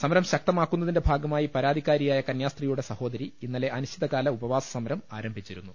സമരം ശക്തമാക്കുന്നതിന്റെ ഭാഗമായി പരാതിക്കാരിയായ കന്യാസ്ത്രീയുടെ സഹോദരി ഇന്നലെ അനിശ്ചിതകാല ഉപവാസ സമരം ആരംഭിച്ചിരുന്നു